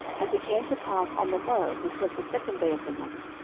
and it came to pass on the morrow, which was the second day of the month,